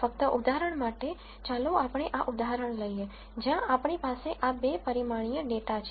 ફક્ત ઉદાહરણ માટે ચાલો આપણે આ ઉદાહરણ લઈએ જ્યાં આપણી પાસે આ 2 પરિમાણીય ડેટા છે